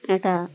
একটা